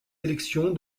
élections